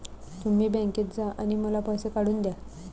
तुम्ही बँकेत जा आणि मला पैसे काढून दया